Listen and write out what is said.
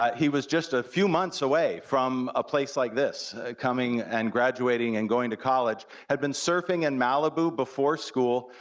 um he was just a few months away from a place like this, coming and graduating and going to college, had been surfing in and malibu before school,